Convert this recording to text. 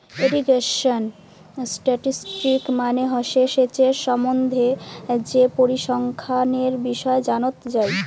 irrigation statistics মানে হসে সেচের সম্বন্ধে যে পরিসংখ্যানের বিষয় জানত যাই